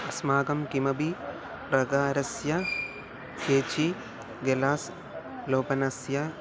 अस्माकं किमपि प्रकारस्य केचित् गलास् लेपनस्य